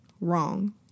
wrong